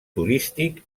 turístic